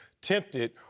tempted